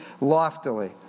loftily